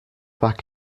back